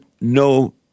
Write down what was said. no